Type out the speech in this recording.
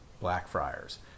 Blackfriars